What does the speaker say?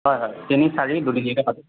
হয় হয় তিনি চাৰি দুদিনীয়াকৈ পাতিম